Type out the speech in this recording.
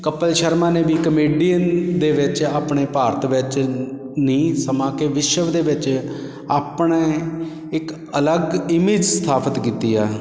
ਕਪਿਲ ਸ਼ਰਮਾ ਨੇ ਵੀ ਕਮੇਡੀਅਨ ਦੇ ਵਿੱਚ ਆਪਣੇ ਭਾਰਤ ਵਿੱਚ ਨਹੀਂ ਸਮਾਂ ਕਿ ਵਿਸ਼ਵ ਦੇ ਵਿੱਚ ਆਪਣੇ ਇੱਕ ਅਲੱਗ ਇਮੇਜ਼ ਸਥਾਪਿਤ ਕੀਤੀ ਆ